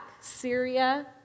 Syria